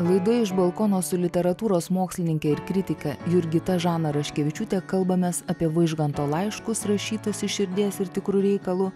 laida iš balkono su literatūros mokslininke ir kritike jurgita žana raškevičiūte kalbamės apie vaižganto laiškus rašytus iš širdies ir tikru reikalu